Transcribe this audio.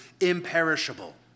imperishable